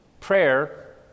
Prayer